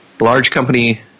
large-company